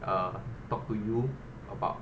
uh talk to you about